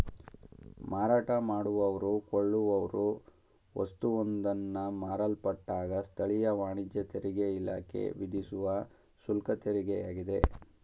ಮಾರಾಟ ಮಾಡುವವ್ರು ಕೊಳ್ಳುವವ್ರು ವಸ್ತುವೊಂದನ್ನ ಮಾರಲ್ಪಟ್ಟಾಗ ಸ್ಥಳೀಯ ವಾಣಿಜ್ಯ ತೆರಿಗೆಇಲಾಖೆ ವಿಧಿಸುವ ಶುಲ್ಕತೆರಿಗೆಯಾಗಿದೆ